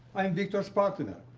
i am victor's partner.